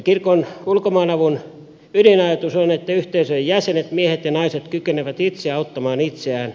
kirkon ulkomaanavun ydinajatus on että yhteisöjen jäsenet miehet ja naiset kykenevät itse auttamaan itseään